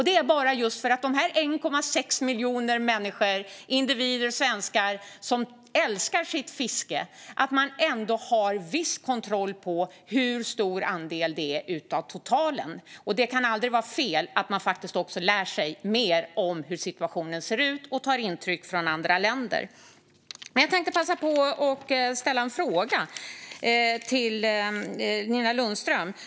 Det kan aldrig vara fel att man lär sig mer om hur situationen ser ut, tar intryck av andra länder och har viss kontroll på hur stor andel av totalen som dessa 1,6 miljoner svenskar som älskar sitt fiske står för. Jag tänkte passa på att ställa en fråga till Nina Lundström.